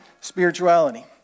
spirituality